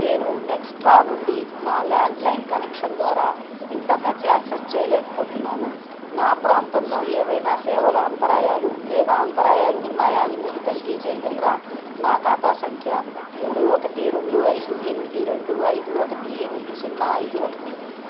నేను నెక్సట్రా నుండి నా ల్యాండ్లైన్ కనెక్షన్ ద్వారా ఇంటర్నెట్ యాక్సెస్ చేయలేకపోతున్నాను నా ప్రాంతంలో ఏమైన సేవల అంతరాయాలు లేదా అంతరాయాలు ఉన్నాయా అని మీరు తనిఖీ చేయగలరా నా ఖాతా సంఖ్య మూడు ఒకటి రెండు ఐదు ఎనిమిది రెండు ఐదు ఒకటి ఎనిమిది సున్నా ఐదు ఒకటి